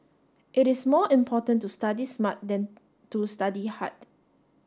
it is more important to study smart than to study hard